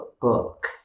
book